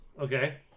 Okay